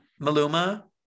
maluma